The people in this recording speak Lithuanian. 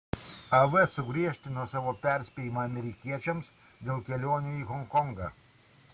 av sugriežtino savo perspėjimą amerikiečiams dėl kelionių į honkongą